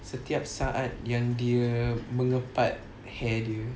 setiap saat yang dia mengepart hair dia